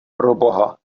proboha